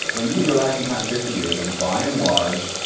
i mean you could go back in time fifty years and, by and large,